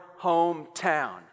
hometown